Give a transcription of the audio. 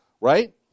Right